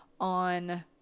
on